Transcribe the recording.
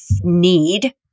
need